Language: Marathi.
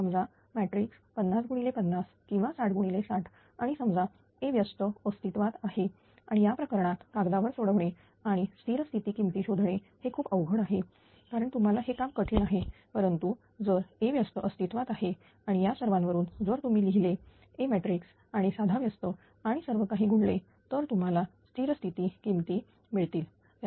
समजा मॅट्रिक्स 50 गुणिले 50 किंवा 60 गुणिले 60 आणि समजा A व्यस्त अस्तित्वात आहे आणि या प्रकरणात कागदावर सोडवणे आणि स्थिर स्थिती किमती शोधणे हे खूप अवघड आहे कारण तुम्हाला हे काम कठीण आहे परंतु जर A व्यस्त अस्तित्वात आहे आणि या सर्वांवरून जर तुम्ही लिहिले A मॅट्रिक्स आणि साधा व्यस्त आणि सर्वकाही गुणले तर तुम्हाला स्थिर स्थिती किमती मिळतील